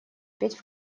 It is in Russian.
петь